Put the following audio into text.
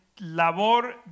labor